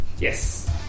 Yes